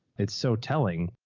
it's so telling.